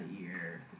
year